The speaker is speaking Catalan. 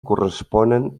corresponen